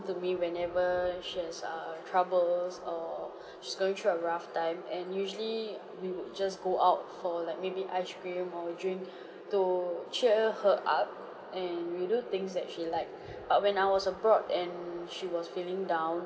to me whenever she has err troubles or she's going through a rough time and usually we would just go out for like maybe ice-cream or a drink to cheer her up and we do things that she like but when I was abroad and she was feeling down